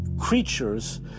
creatures